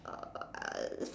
uh